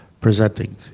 presenting